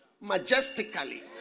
Majestically